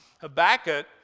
Habakkuk